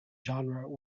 genre